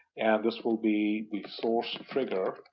and this will be the source trigger